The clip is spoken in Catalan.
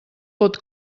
pot